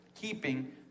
keeping